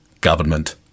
government